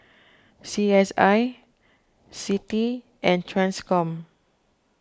C S I Citi and Transcom